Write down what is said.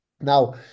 now